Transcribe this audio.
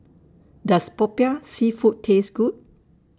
Does Popiah Seafood Taste Good